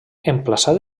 emplaçat